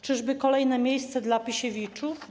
Czyżby kolejne miejsce dla Pisiewiczów?